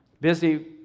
busy